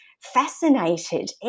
fascinated